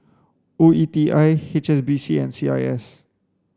O E T I H S B C and C I S